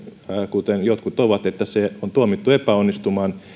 kuten jotkut ovat että se on tuomittu epäonnistumaan